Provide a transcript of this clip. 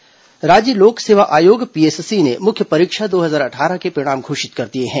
PSC परिणाम राज्य लोक सेवा आयोग पीएससी ने मुख्य परीक्षा दो हजार अट्ठारह के परिणाम घोषित कर दिए हैं